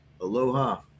Aloha